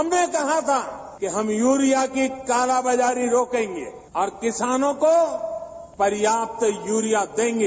हमने कहा था कि हम यूरिया की काला बाजारी रोकेंगे और किसानों को पर्याप्त यूरिया देंगे